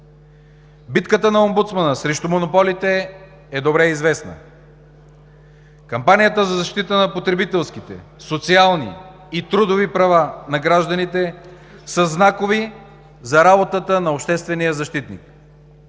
Битката на омбудсмана срещу монополите е добре известна. Кампанията за защита на потребителските, социални и трудови права на гражданите са знакови за работата на обществения защитник.